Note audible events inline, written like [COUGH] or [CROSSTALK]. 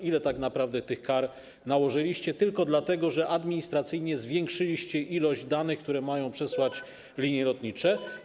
Ile tak naprawdę tych kar nałożyliście tylko dlatego, że administracyjnie zwiększyliście ilość danych, które mają przesłać [NOISE] linie lotnicze?